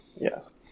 Yes